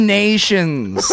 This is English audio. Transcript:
nations